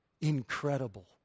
Incredible